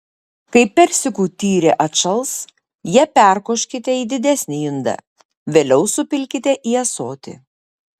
kai persikų tyrė atšals ją perkoškite į didesnį indą vėliau supilkite į ąsotį